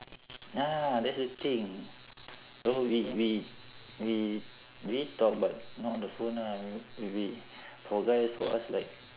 ya that's the thing so we we we we talk but not on the phone lah maybe for guys for us like